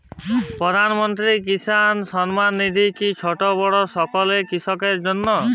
প্রধানমন্ত্রী কিষান সম্মান নিধি কি ছোটো বড়ো সকল কৃষকের জন্য?